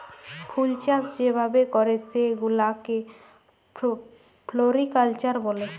ফুলচাষ যে ভাবে ক্যরে সেগুলাকে ফ্লরিকালচার ব্যলে